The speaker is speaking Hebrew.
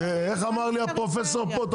איך אמר לי הפרופסור פה?